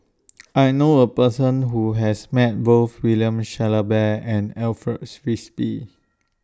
I know A Person Who has Met Both William Shellabear and Alfred Frisby